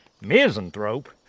Misanthrope